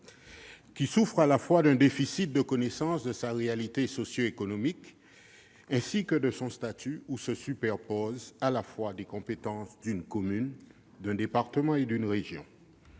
qui souffre d'un déficit de connaissance de sa réalité socio-économique et de son statut, où se superposent à la fois des compétences d'une commune, d'un département et d'une région.